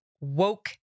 woke